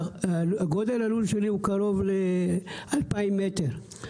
גודל הלול שלי הוא קרוב ל-2,000 מטר.